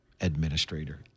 administrator